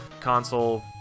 console